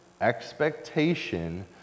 expectation